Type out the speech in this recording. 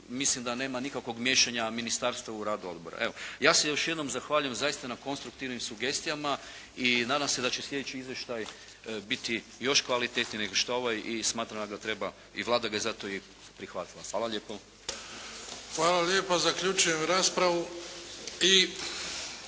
mislim da nema nikakvog miješanja ministarstva u radu odbora. Evo, ja se još jednom zahvaljujem zaista na konstruktivnim sugestijama i nadam se da će sljedeći izvještaj biti još kvalitetniji nego što je ovaj. I smatram da ga treba i Vlada ga je zato prihvatila. Hvala lijepo. **Bebić, Luka (HDZ)** Hvala lijepo. Zaključujem raspravu.